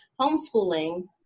homeschooling